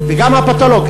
וגם הפתולוג,